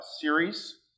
series